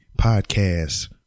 podcast